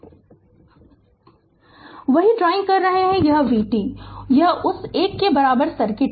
Refer Slide Time 2915 वही drawing कर रहे हैं यह vt है यह उस एक के बराबर सर्किट है